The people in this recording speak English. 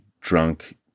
drunk